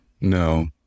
No